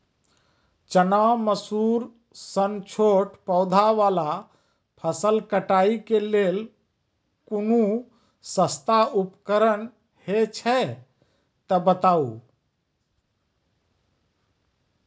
चना, मसूर सन छोट पौधा वाला फसल कटाई के लेल कूनू सस्ता उपकरण हे छै तऽ बताऊ?